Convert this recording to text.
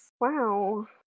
Wow